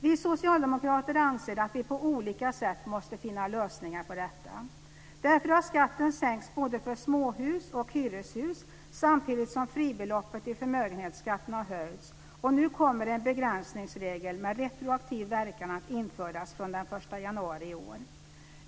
Vi socialdemokrater anser att vi på olika sätt måste finna lösningar på detta. Därför har skatten sänkts både för småhus och hyreshus samtidigt som fribeloppet i förmögenhetsskatten har höjts, och nu kommer en begränsningsregel med retroaktiv verkan att införas från den 1 januari i år.